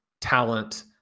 talent